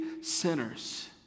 sinners